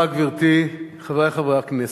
גברתי, תודה, חברי חברי הכנסת,